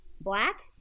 Black